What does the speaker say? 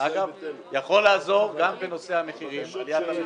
זה יכול לעזור גם בנושא עליית המחירים.